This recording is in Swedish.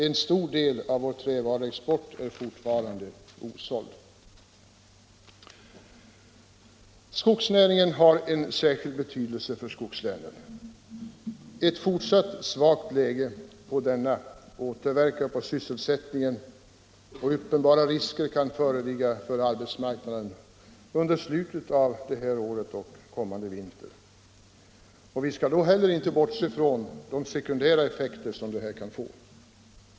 En stor del av vår trävaruexport är fortfarande osåld. Skogsnäringen har särskild betydelse för skogslänen. Ett fortsatt svagt läge på denna återverkar på sysselsättningen, och uppenbara risker kan föreligga för arbetsmarknaden under slutet av detta år och kommande Vi skall då inte heller bortse från de sekundära effekter detta kan få.